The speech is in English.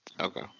Okay